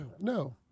No